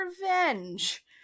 revenge